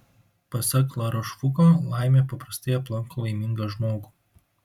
pasak larošfuko laimė paprastai aplanko laimingą žmogų